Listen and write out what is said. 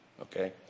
Okay